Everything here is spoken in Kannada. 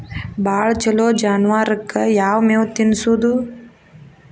ಭಾಳ ಛಲೋ ಜಾನುವಾರಕ್ ಯಾವ್ ಮೇವ್ ತಿನ್ನಸೋದು?